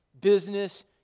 business